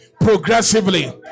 progressively